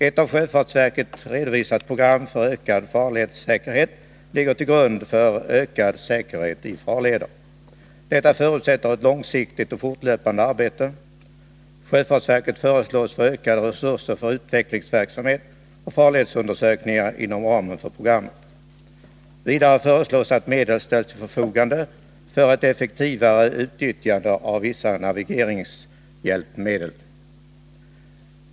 Ett av sjöfartsverket redovisat program för ökad farledssäkerhet ligger till grund för ett handlingsprogram om ökad säkerhet i farleder. Detta förutsätter ett långsiktigt och fortlöpande arbete. Sjöfartsverket föreslås få ökade resurser för utvecklingsverksamhet och farledsundersökningar inom ramen för programmet. Vidare föreslås att medel ställs till förfogande för ett effektivare utnyttjande av vissa navigeringshjälpmedel.